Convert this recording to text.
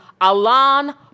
alan